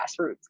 grassroots